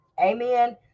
Amen